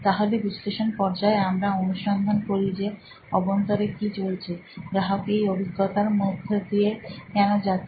তাহলে বিশ্লেষণ পর্যায়ে আমরা অনুসন্ধান করি যে অভ্যন্তরে কি চলছে গ্রাহক এই অভিজ্ঞতার মধ্যে দিয়ে কেন যাচ্ছেন